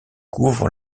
couvre